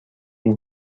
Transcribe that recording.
این